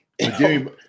Jimmy